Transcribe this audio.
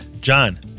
John